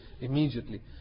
immediately